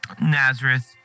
Nazareth